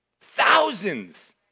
Thousands